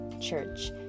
church